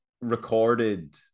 recorded